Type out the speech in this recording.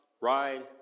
ride